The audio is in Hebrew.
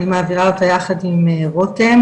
אני מעבירה אותה יחד עם רותם